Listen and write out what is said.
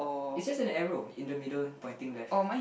it's just an arrow in the middle pointing left